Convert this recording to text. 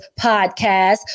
podcast